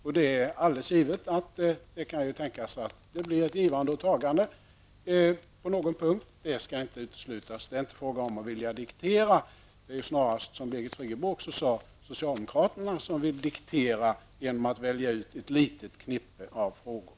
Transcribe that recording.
Självfallet kan det bli fråga om givande och tagande på olika punkter; det skall inte uteslutas. Det är inte fråga om att diktera. Snarare är det, som Birgit Friggebo sade, socialdemokraterna som vill diktera genom att välja ut ett litet knippe av frågor.